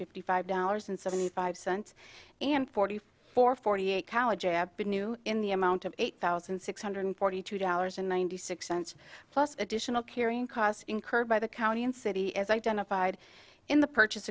fifty five dollars and seventy five cents and forty four forty eight new in the amount of eight thousand six hundred forty two dollars and ninety six cents plus additional carrying costs incurred by the county and city is identified in the purchase